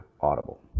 Audible